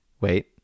wait